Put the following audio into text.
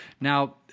Now